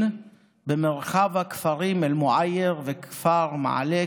במרחב הכפרים אל-מוע'ייר וכפר מאליכ,